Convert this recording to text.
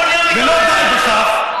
ולא די בכך,